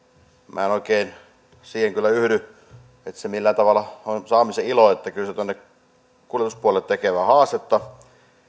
minä en oikein siihen kyllä yhdy että se millään tavalla on saamisen ilo kyllä se tuonne kuljetuspuolelle tekee vähän haastetta